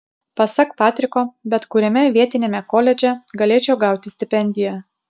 pasak patriko bet kuriame vietiniame koledže galėčiau gauti stipendiją